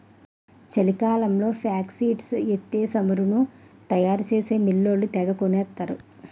చలికాలంలో ఫేక్సీడ్స్ ఎత్తే సమురు తయారు చేసే మిల్లోళ్ళు తెగకొనేత్తరు